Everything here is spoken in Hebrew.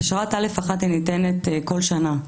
אשרת א'1 ניתנת כל שנה,